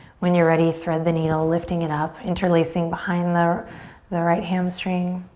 when you're ready, thread the needle, lifting it up, interlacing behind the the right hamstring.